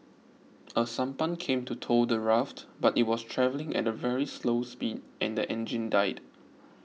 a sampan came to tow the raft but it was travelling at a very slow speed and the engine died